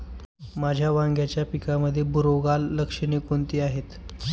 माझ्या वांग्याच्या पिकामध्ये बुरोगाल लक्षणे कोणती आहेत?